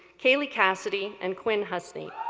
caleigh cassidy and quinn husney.